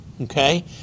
Okay